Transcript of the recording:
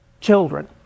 children